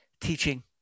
teaching